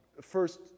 first